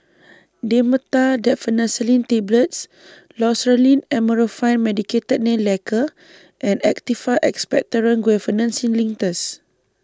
Dhamotil Diphenoxylate Tablets Loceryl Amorolfine Medicated Nail Lacquer and Actified Expectorant Guaiphenesin Linctus